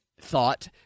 thought